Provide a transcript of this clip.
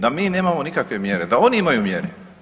Da mi nemamo nikakve mjere, da oni imaju mjere.